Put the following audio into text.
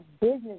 business